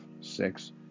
six